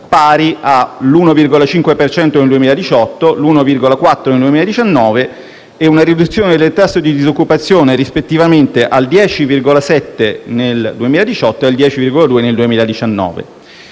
pari all'1,5 per cento nel 2018, all'1,4 nel 2019 e una riduzione del tasso di disoccupazione rispettivamente al 10,7 nel 2018 e al 10,2 nel 2019.